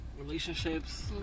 Relationships